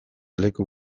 leku